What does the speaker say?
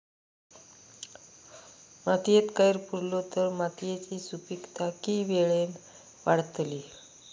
मातयेत कैर पुरलो तर मातयेची सुपीकता की वेळेन वाडतली?